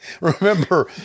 Remember